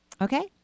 Okay